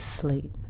sleep